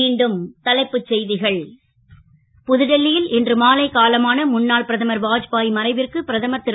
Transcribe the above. மீண்டும் தலைப்புச் செ கள் புதுடில்லி ல் இன்று மாலை காலமான முன்னாள் பிரதமர் வாஜ்பா மறைவிற்கு பிரதமர் ரு